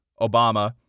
Obama